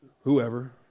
whoever